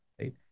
right